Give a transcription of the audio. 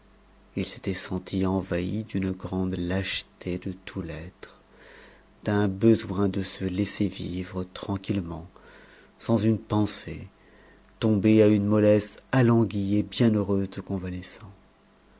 il s'était senti envahi d'une grande lâcheté de tout l'être d'un besoin de se laisser vivre tranquillement sans une pensée tombé à une mollesse alanguie et bienheureuse de convalescent